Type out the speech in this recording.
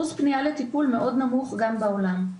אחוז הפנייה לטיפול מאוד נמוך גם בשאר העולם.